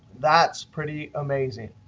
that's pretty amazing.